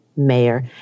Mayor